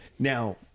Now